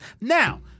Now